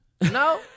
No